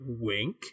wink